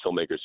filmmakers